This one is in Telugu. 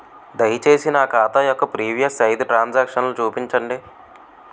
దయచేసి నా ఖాతా యొక్క ప్రీవియస్ ఐదు ట్రాన్ సాంక్షన్ నాకు చూపండి